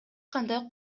кандай